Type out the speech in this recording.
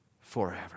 forever